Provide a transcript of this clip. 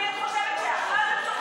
מי את חושבת שאת,